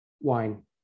Wine